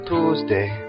Tuesday